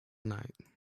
tonight